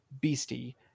beastie